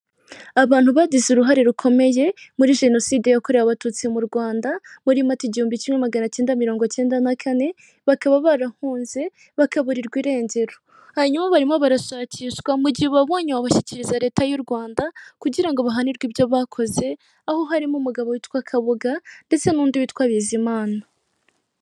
Abantu bagize uruhare rukomeye muri jenoside yakorewe abatutsi mu Rwanda, muri mata igihumbi kimwe maganacyenda mirongo icyenda na kane, bakaba barahunze bakaburirwa irengero, hanyuma barimo barashakishwa, mu gihe ubabonyewushyikiriza leta y'u Rwanda kugira ngo bahanirwe ibyo bakoze, aho harimo umugabo witwa KABUGA ndetse n'undi witwa BIZIMANA.